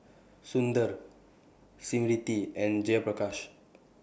Sundar Smriti and Jayaprakash